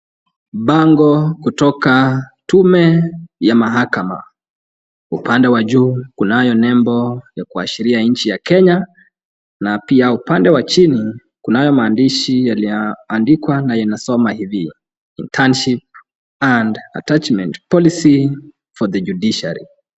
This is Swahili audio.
Bango kutoka tume ya mahakama. Upande wa juu, kunayo nembo ya kuashiria nchi ya Kenya, na pia upande wa chini kunayo maandishi yaliyoandikwa na inasoma hivi internship and attachment policy for the judiciary